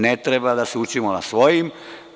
Ne treba da se učimo na svoja.